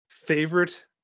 favorite